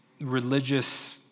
religious